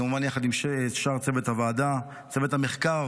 כמובן יחד עם שאר צוות הוועדה, לצוות המחקר